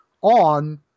on